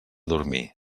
dormir